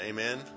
Amen